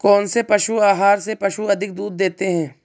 कौनसे पशु आहार से पशु अधिक दूध देते हैं?